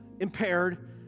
impaired